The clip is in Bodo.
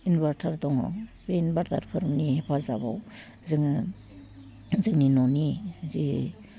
इनभार्टार दङ बे इनभार्टारफोरनि हेफाजाबाव जोङो जोंनि न'नि जे